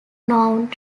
known